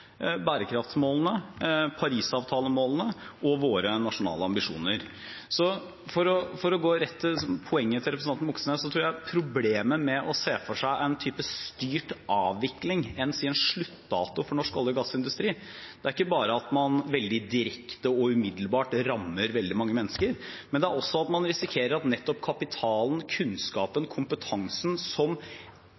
bærekraftsmålene, Parisavtale-målene og våre nasjonale ambisjoner. Så for å gå rett til poenget til representanten Moxnes: Jeg tror problemet med å se for seg en type styrt avvikling, enn si en sluttdato for norsk olje- og gassindustri, ikke bare er at man veldig direkte og umiddelbart rammer veldig mange mennesker. Det er også at man risikerer at nettopp kapitalen, kunnskapen,